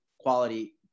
quality